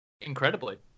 incredibly